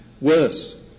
worse